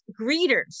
greeters